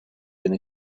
öne